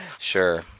Sure